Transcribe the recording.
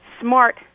Smart